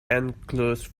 enclosed